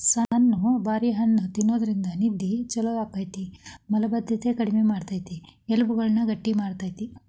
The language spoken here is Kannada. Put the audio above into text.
ಸಣ್ಣು ಬಾರಿ ಹಣ್ಣ ತಿನ್ನೋದ್ರಿಂದ ನಿದ್ದೆ ಚೊಲೋ ಆಗ್ತೇತಿ, ಮಲಭದ್ದತೆ ಕಡಿಮಿ ಮಾಡ್ತೆತಿ, ಎಲಬುಗಳನ್ನ ಗಟ್ಟಿ ಮಾಡ್ತೆತಿ